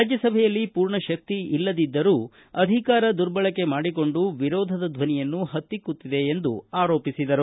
ರಾಜ್ಯಸಭೆಯಲ್ಲಿ ಪೂರ್ಣ ಶಕ್ತಿ ಇಲ್ಲದಿದ್ದರೂ ಅಧಿಕಾರ ದುರ್ಬಳಕೆ ಮಾಡಿಕೊಂಡು ವಿರೋಧದ ಧ್ವನಿಯನ್ನು ಹತ್ತಿಕ್ಕುತ್ತಿದೆ ಎಂದು ಆರೋಪಿಸಿದರು